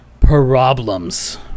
problems